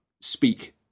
speak